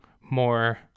more